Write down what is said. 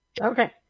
Okay